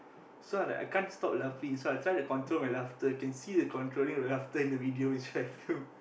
so I'm like I can't stop laughing so I try to control my laughter can see the controlling of laughter in the video which I filmed